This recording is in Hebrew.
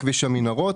כביש המנהרות,